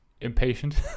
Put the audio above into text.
impatient